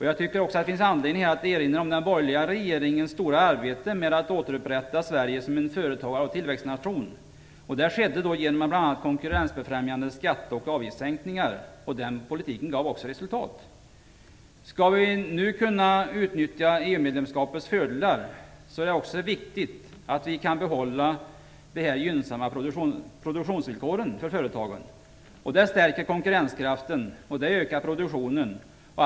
Jag tycker också att det finns anledning att erinra om den borgerliga regeringens stora arbete med att återupprätta Sverige som en företagar och tillväxtnation. Detta skedde genom bl.a. Den politiken gav också resultat. Om vi nu skall kunna utnyttja EU-medlemskapets fördelar är det viktigt att vi kan behålla dessa gynnsamma produktionsvillkor för företagen. Det stärker konkurrenskraften, och det ökar produktionen.